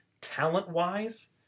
talent-wise